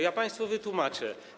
Ja państwu wytłumaczę.